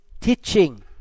teaching